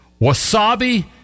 Wasabi